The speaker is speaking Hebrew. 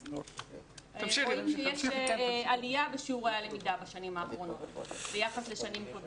רואים שיש עלייה בשיעורי הלמידה בשנים האחרונות ביחס לשנים קודמות.